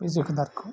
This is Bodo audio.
बे जोगोनारखौ